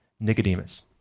Nicodemus